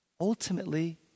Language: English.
ultimately